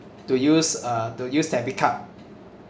to use uh to use debit card